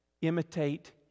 Imitate